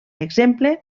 exemple